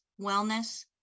wellness